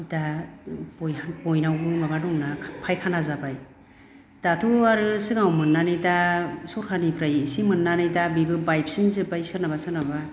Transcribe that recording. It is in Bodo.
दा बयहाबो बयनावबो माबा दंना फायखाना जाबाय दाथ' आरो सिगाङाव मोननानै दा सरखारनिफ्राय एसे मोननानै दा बिबो बायफिन जोबबाय सोरनाबा सोरनाबा